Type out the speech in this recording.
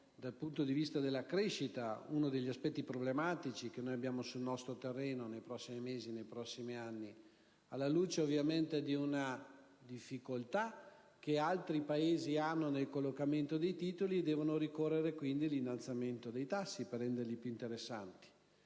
dal punto di vista della crescita, uno degli aspetti problematici che abbiamo sul nostro terreno nei prossimi mesi e nei prossimi anni. Alla luce, ovviamente, di una difficoltà che altri Paesi hanno nel collocamento dei titoli, questi devono ricorrere, quindi, all'innalzamento dei tassi per renderli più interessanti.